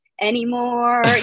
anymore